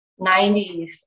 90s